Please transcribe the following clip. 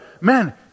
man